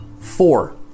Four